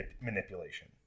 Manipulation